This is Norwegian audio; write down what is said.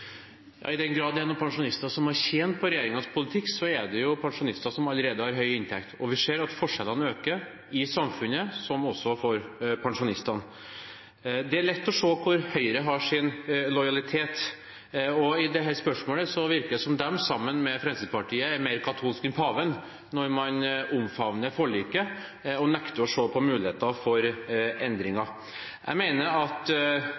I den grad det er noen pensjonister som har tjent på regjeringens politikk, er det pensjonister som allerede har høy inntekt. Vi ser at forskjellene øker i samfunnet, også for pensjonistene. Det er lett å se hvor Høyre har sin lojalitet, og i dette spørsmålet virker det som om de, sammen med Fremskrittspartiet, er mer katolske enn paven når de omfavner forliket og nekter å se på muligheter for endringer. Jeg mener det må være et kvalitetsstempel ved norsk politikk at